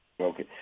Okay